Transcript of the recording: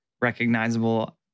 recognizable